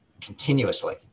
continuously